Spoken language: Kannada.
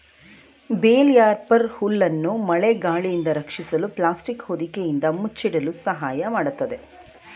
ಬೇಲ್ ರ್ಯಾಪರ್ ಹುಲ್ಲನ್ನು ಮಳೆ ಗಾಳಿಯಿಂದ ರಕ್ಷಿಸಲು ಪ್ಲಾಸ್ಟಿಕ್ ಹೊದಿಕೆಯಿಂದ ಮುಚ್ಚಿಡಲು ಸಹಾಯ ಮಾಡತ್ತದೆ